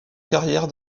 carrière